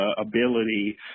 ability